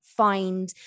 find